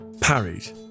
parried